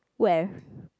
where